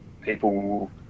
people